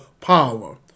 power